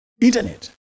internet